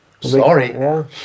Sorry